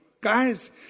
Guys